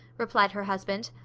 replied her husband.